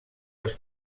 els